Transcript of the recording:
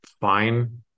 fine